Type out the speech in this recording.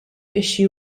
issue